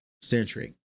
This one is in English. century